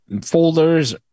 folders